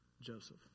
Joseph